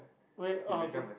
where oh okay